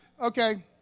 okay